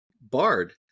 Bard